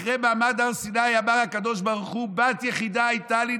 אחרי מעמד הר סיני אמר הקדוש ברוך הוא: בת יחידה הייתה לי,